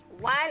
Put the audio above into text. One